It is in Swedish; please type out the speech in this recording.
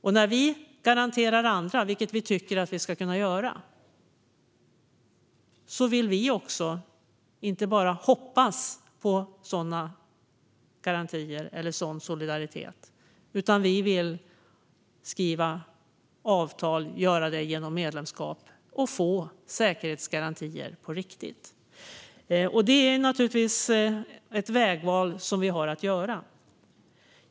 Och när vi garanterar andra, vilket vi tycker att vi ska kunna göra, vill vi inte bara hoppas på sådana garantier eller sådan solidaritet, utan vi vill skriva avtal, göra det genom medlemskap och få säkerhetsgarantier på riktigt. Det är naturligtvis ett vägval som vi har att göra.